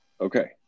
Okay